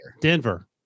Denver